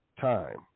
time